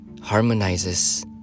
harmonizes